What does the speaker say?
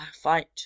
fight